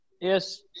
Yes